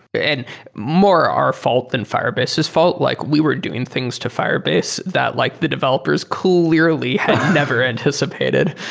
and more our fault than firebase's fault. like we were doing things to firebase that like the developers clearly have never anticipated.